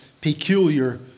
peculiar